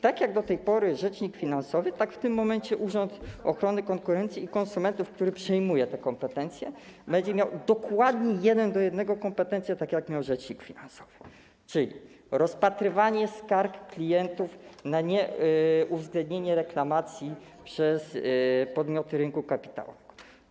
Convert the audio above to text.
Tak jak do tej pory rzecznik finansowy, tak w tym momencie Urząd Ochrony Konkurencji i Konsumentów, który przejmuje te kompetencje, będzie miał dokładnie jeden do jednego kompetencje takie, jakie miał rzecznik finansowy, czyli rozpatrywanie skarg klientów na nieuwzględnienie reklamacji przez podmioty rynku kapitału.